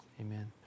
Amen